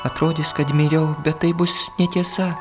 atrodys kad miriau bet tai bus netiesa